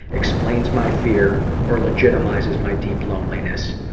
explains my fear or legitimizes my deep loneliness.